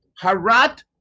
Harat